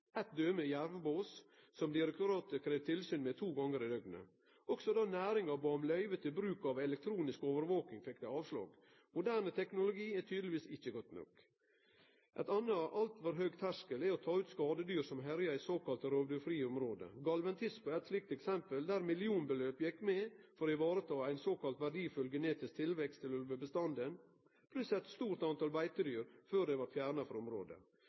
Eitt døme er jervbås, som direktoratet krev tilsyn med to gonger i døgnet. Også då næringa bad om løyve til bruk av elektronisk overvaking, fekk dei avslag. Moderne teknologi er tydelegvis ikkje godt nok! Eit anna døme er altfor høg terskel for å ta ut skadedyr som herjar i såkalla rovdyrfrie område. Galventispa er eit slikt eksempel, der millionbeløp gjekk med for å ta vare på ein såkalla verdifull genetisk tilvekst til ulvebestanden, pluss eit stort tal beitedyr, før ho blei fjerna frå området.